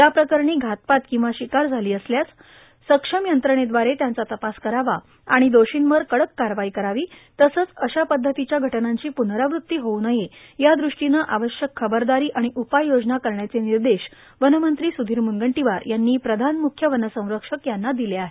या प्रकरणी घातपात किंवा शिकार झाली असल्यास सक्षम यंत्रणेदवारे त्याचा तपास करावा आणि दोषींवर कडक कारवाई करावी तसंच अशा पध्दतीच्या घटनांची पुनरावृत्ती होवू नये यादृष्टीने आवश्यक खबरदारी आणि उपाययोजना करण्याचे निर्देश वनमंत्री सुधीर मुनगंटीवार यांनी प्रधान मुख्य वनसंरक्षक यांना दिले आहे